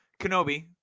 Kenobi